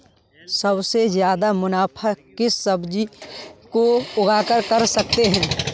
सबसे ज्यादा मुनाफा किस सब्जी को उगाकर कर सकते हैं?